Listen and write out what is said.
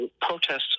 protests